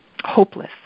hopeless